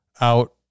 out